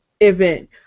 event